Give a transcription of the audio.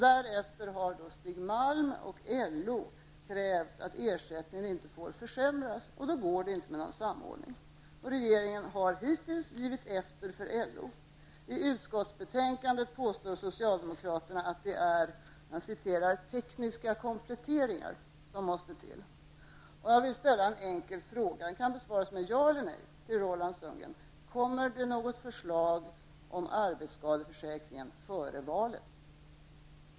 Därefter har Stig Malm och LO krävt att ersättningen inte får försämras, och då kan det inte bli någon samordning. Regeringen har hittills givit efter för LO. I utskottsbetänkandet påstår socialdemokraterna att det är ''tekniska kompletteringar'' som måste till. Jag vill ställa en enkel fråga, som kan besvaras med ja eller nej, till Roland Sundgren: Kommer det något förslag om arbetsskadeförsäkringen före valet?